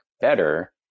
better